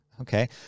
okay